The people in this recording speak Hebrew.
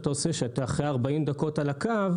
אחרי 40 דקות על הקו